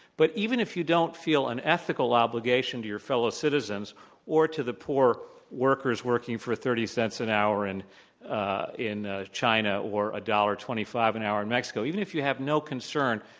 but even if you don't feel an ethical obligation to your fellow citizens or to the poor workers working for thirty cents an hour in ah in china or a dollar twenty-five an hour in mexico, even if you have no concern,